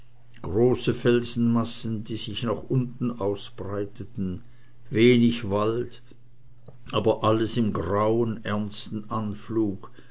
große felsenmassen die sich nach unten ausbreiteten wenig wald aber alles im grauen ernsten anflug